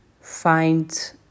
find